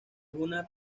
una